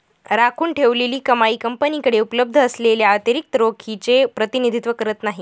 राखून ठेवलेली कमाई कंपनीकडे उपलब्ध असलेल्या अतिरिक्त रोखीचे प्रतिनिधित्व करत नाही